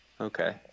Okay